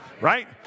right